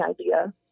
idea